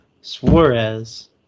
Suarez